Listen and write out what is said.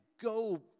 go